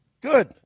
Good